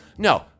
No